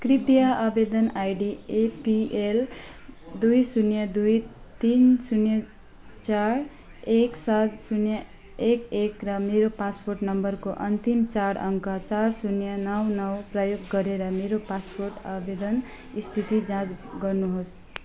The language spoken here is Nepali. कृपया आवेदन आइडी एपिएल दुई शून्य दुई तिन शून्य चार एक सात शून्य एक एक र मेरो पासपोर्ट नम्बरको अन्तिम चार अङ्क चार शून्य नौ नौ प्रयोग गरेर मेरो पासपोर्ट आवेदन स्थिति जाँच गर्नुहोस्